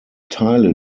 teile